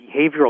behavioral